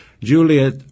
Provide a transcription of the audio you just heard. Juliet